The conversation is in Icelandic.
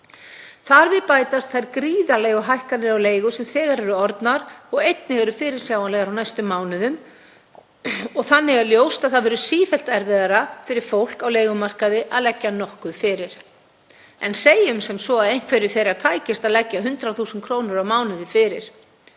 Þar við bætast þær gríðarlegu hækkanir á leigu sem þegar eru orðnar og eru einnig fyrirsjáanlegar á næstu mánuðum. Þannig er ljóst að það verður sífellt erfiðara fyrir fólk á leigumarkaði að leggja nokkuð fyrir. En segjum sem svo að einhverju þeirra tækist að leggja fyrir 100.000 kr. á mánuði,